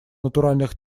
натуральных